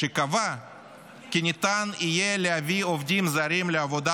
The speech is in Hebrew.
שקבעה כי ניתן יהיה להביא עובדים זרים לעבודה